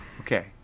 okay